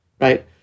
Right